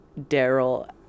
Daryl